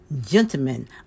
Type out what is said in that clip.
Gentlemen